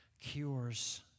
cures